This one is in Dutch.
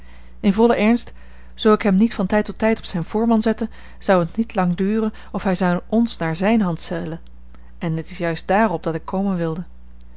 in vollen ernst zoo ik hem niet van tijd tot tijd op zijn voorman zette zou het niet lang duren of hij zou ons naar zijne hand stellen en het is juist daarop dat ik komen wilde